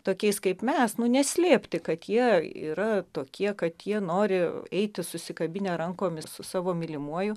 tokiais kaip mes nu neslėpti kad jie yra tokie kad jie nori eiti susikabinę rankomis su savo mylimuoju